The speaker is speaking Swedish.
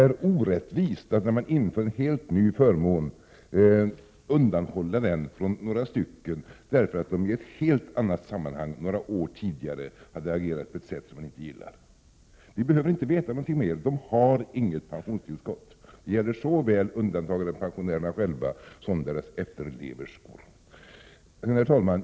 När en helt ny förmån införs är det orättvist att några personer undanhålls denna på grund av att de i ett helt annat sammanhang några år tidigare har agerat på ett sätt som man inte gillar. Vi behöver inte veta mer. De har inget pensionstillskott — det gäller såväl undantagandepensionärerna som deras efterlevande änkor. Herr talman!